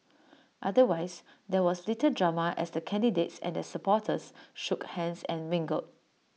otherwise there was little drama as the candidates and their supporters shook hands and mingled